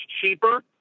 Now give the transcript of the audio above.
cheaper